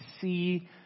see